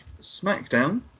smackdown